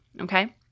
okay